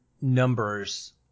numbers